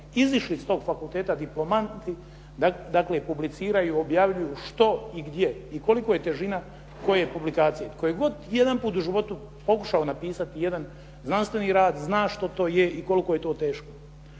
izišli s toga fakulteta, dakle diplomanti dakle publiciraju, objavljuju što i gdje i koliko je težina koje publikacije. Tko je jedanput u životu pokušao napisati jedan znanstveni rad zna što to je i koliko je to teško.